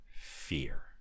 fear